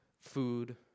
food